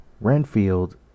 Renfield